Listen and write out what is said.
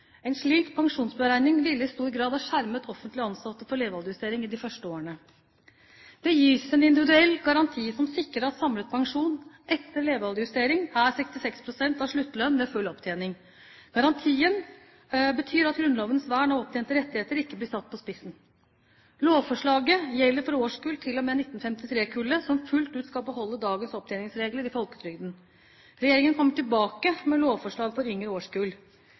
En slik pensjonsberegning ville i stor grad ha skjermet offentlige ansatte for levealdersjustering i de første årene. Det gis en individuell garanti som sikrer at samlet pensjon, etter levealdersjustering, er 66 pst. av sluttlønn ved full opptjening. Garantien betyr at Grunnlovens vern av opptjente rettigheter ikke blir satt på spissen. Lovforslaget gjelder for årskull til og med 1953-kullet, som fullt ut skal beholde dagens opptjeningsregler i folketrygden. Regjeringen kommer tilbake med lovforslag for yngre